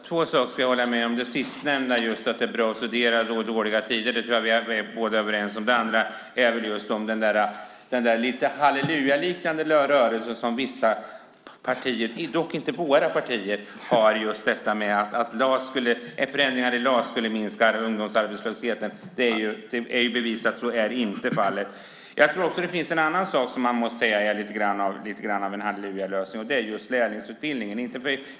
Herr talman! Jag håller med om två saker. Jag håller med om det sistnämnda, att det är bra att studera i dåliga tider. Det tror jag att vi båda är överens om. Det andra handlar om den lite hallelujaliknande rörelsen som vissa partier, dock inte våra partier, har där de säger att förändringar i LAS skulle minska ungdomsarbetslösheten. Det är bevisat att så inte är fallet. Jag tror också att det finns en annan sak som man måste säga är lite grann av en hallelujalösning, och det är lärlingsutbildningen.